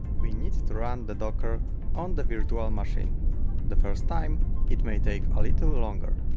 we need to run the docker on the virtual machine the first time it may take a little longer